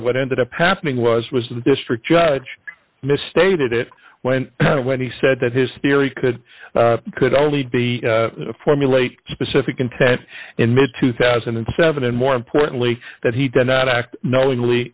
what ended up happening was was the district judge misstated it when when he said that his theory could could only be formulate specific intent in mid two thousand and seven and more importantly that he did not act knowingly